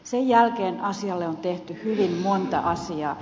sen jälkeen asialle on tehty hyvin paljon